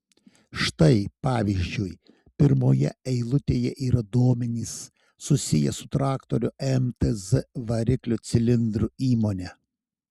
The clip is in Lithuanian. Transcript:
štai pavyzdžiui pirmoje eilutėje yra duomenys susiję su traktorių mtz variklių cilindrų įmone